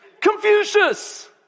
Confucius